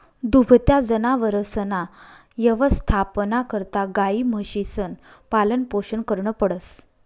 दुभत्या जनावरसना यवस्थापना करता गायी, म्हशीसनं पालनपोषण करनं पडस